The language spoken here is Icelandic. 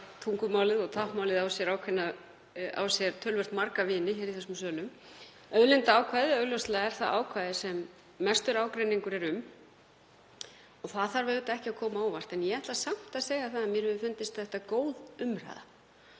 tungumálið og táknmálið á sér töluvert marga vini í þessum sölum. Auðlindaákvæðið er augljóslega það ákvæði sem mestur ágreiningur er um og það þarf ekki að koma á óvart. En ég ætla samt að segja að mér hefur fundist þetta góð umræða.